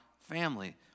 family